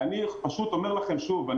אני פשוט אומר לכם שוב,